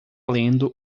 lendo